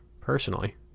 personally